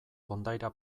kondaira